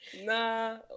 Nah